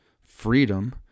freedom